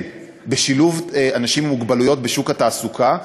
כן, שילוב אנשים עם מוגבלות בשוק התעסוקה.